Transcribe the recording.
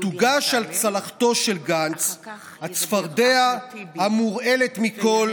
תוגש על צלחתו של גנץ הצפרדע המורעלת מכול,